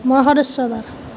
মই সদস্য তাৰ